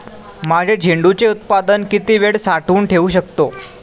माझे झेंडूचे उत्पादन किती वेळ साठवून ठेवू शकतो?